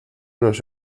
nos